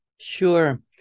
Sure